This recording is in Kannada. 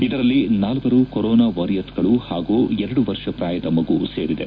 ಇದರಲ್ಲಿ ನಾಲ್ವರು ಕೊರೊನಾ ವಾರಿಯರ್ಸ್ಗಳು ಹಾಗೂ ಎರಡು ವರ್ಷ ಪ್ರಾಯದ ಮಗು ಸೇರಿದೆ